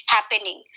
Happening